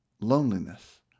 loneliness